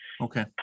okay